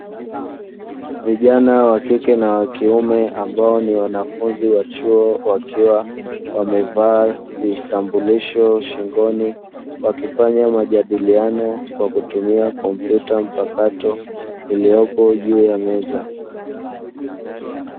Vijana wa kike na wakiume ambao ni wanafunzi wa chuo wakiwa wamevaa vitambulisho shingoni wakifanya majadiliano kwa kutumia kompyuta mpakato iliyopo juu ya meza.